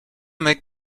make